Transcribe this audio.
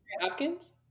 Hopkins